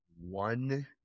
one